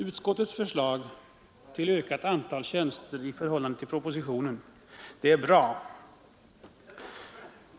Utskottets förslag om ett ökat antal tjänster i förhållande till vad som föreslagits i propositionen är bra.